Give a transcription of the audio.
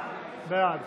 בעד